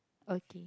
okay